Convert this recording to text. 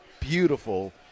beautiful